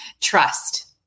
trust